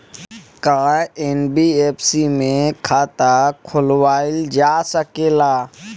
का एन.बी.एफ.सी में खाता खोलवाईल जा सकेला?